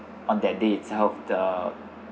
on that day itself the